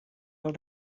els